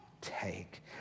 take